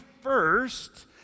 first